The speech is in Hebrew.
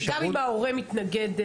גם אם ההורה מתנגד?